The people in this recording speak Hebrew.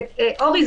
אורי,